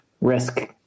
risk